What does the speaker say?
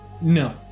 no